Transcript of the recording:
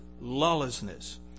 lawlessness